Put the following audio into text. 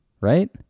right